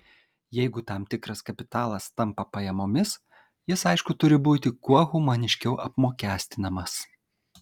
jeigu tam tikras kapitalas tampa pajamomis jis aišku turi būti kuo humaniškiau apmokestinamas